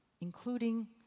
including